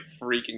freaking